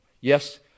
yes